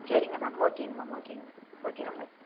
சரிங்க மேம் ஓகேங்க மேம் ஓகேங்க மேம் ஓகே ரொம்ப